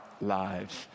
lives